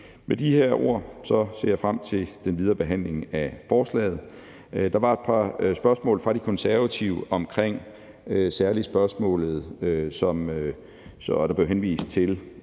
Med de her ord ser jeg frem til den videre behandling af forslaget. Der var et par spørgsmål fra De Konservative, og der blev henvist til